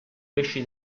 pesci